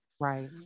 Right